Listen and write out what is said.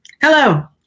hello